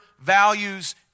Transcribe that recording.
values